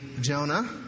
Jonah